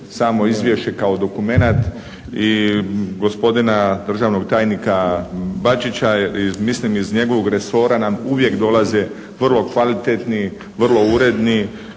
samo izvješće kao dokumenat i gospodina državnog tajnika Bačića. Mislim, iz njegovog resora nam uvijek dolaze vrlo kvalitetni, vrlo uredni,